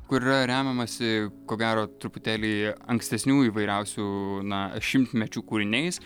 kur yra remiamasi ko gero truputėlį ankstesnių įvairiausių na šimtmečių kūriniais